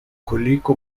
koliko